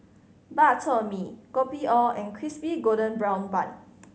Bak Chor Mee Kopi O and Crispy Golden Brown Bun